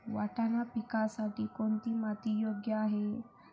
वाटाणा पिकासाठी कोणती माती योग्य आहे?